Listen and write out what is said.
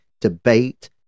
debate